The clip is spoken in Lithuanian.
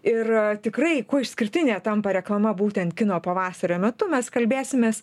ir tikrai kuo išskirtinė tampa reklama būtent kino pavasario metu mes kalbėsimės